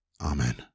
Amen